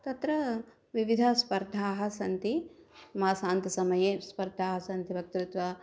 तत्र विविधस्पर्धाः सन्ति मासान्तसमये स्पर्धाः सन्ति वक्तृत्वं